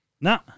No